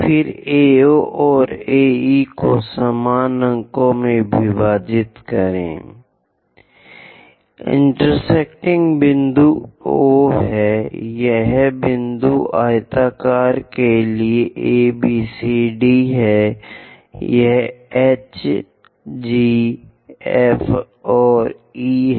फिर AO और AE को समान अंकों में विभाजित करें इंटेरसेक्टिंग बिंदु O है यह बिंदु आयताकार के लिए ABCD है यह H G F और E है